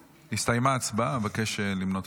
אדלשטיין, אינו נוכח אמיר